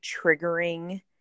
triggering